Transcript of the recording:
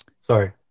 Sorry